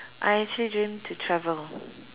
I actually dream to travel